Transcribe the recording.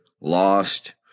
lost